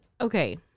okay